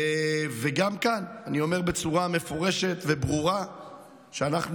גם כאן אני אומר בצורה מפורשת וברורה שאנחנו